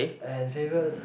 and favorite